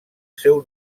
seu